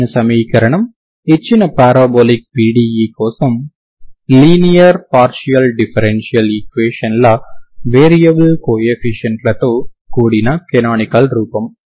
ఇచ్చిన సమీకరణం ఇచ్చిన పారాబొలిక్ PDE కోసం లీనియర్ PDE ల వేరియబుల్ కోఎఫీషియంట్లతో కూడిన కనానికల్ రూపం